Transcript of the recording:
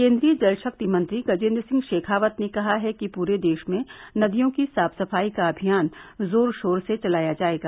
केन्द्रीय जलशक्ति मंत्री गजेन्द्र सिंह शेखावत ने कहा है कि पूरे देश में नदियों की साफसफाई का अभियान जोर शोर से चलाया जायेगा